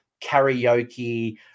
karaoke